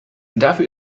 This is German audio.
dafür